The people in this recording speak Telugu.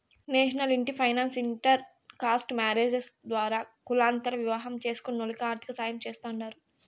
నేషనల్ ఇంటి ఫైనాన్స్ ఇంటర్ కాస్ట్ మారేజ్స్ ద్వారా కులాంతర వివాహం చేస్కునోల్లకి ఆర్థికసాయం చేస్తాండారు